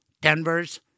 Denver's